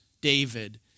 David